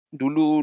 dulu